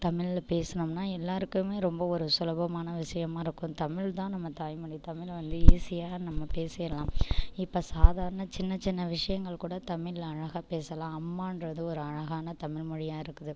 தமிழ்ல பேசுனோம்னால் எல்லாருக்குமே ரொம்ப ஒரு சுலபமான விஷயமாக இருக்கும் தமிழ் தான் நம்ம தாய் மொழி தமிழை வந்து ஈசியாக நம்ம பேசிடலாம் இப்போ சாதாரண சின்ன சின்ன விஷயங்கள் கூட தமிழ்ல அழகாக பேசலாம் அம்மான்றது ஒரு அழகான தமிழ் மொழியாக இருக்குது